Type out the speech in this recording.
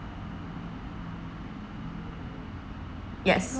yes